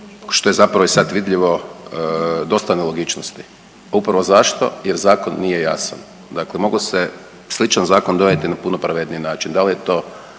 što je zapravo i sad vidljivo dosta nelogičnosti. Upravo zašto? Jer zakon nije jasan. Dakle, mogao se sličan zakon donijeti na puno pravedniji način.